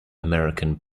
american